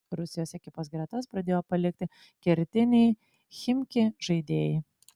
rusijos ekipos gretas pradėjo palikti kertiniai chimki žaidėjai